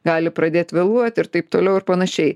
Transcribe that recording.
gali pradėt vėluot ir taip toliau ir panašiai